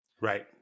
Right